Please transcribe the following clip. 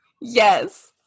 Yes